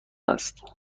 است